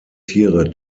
tiere